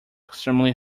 extremely